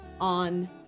on